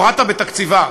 הורדת בתקציבה,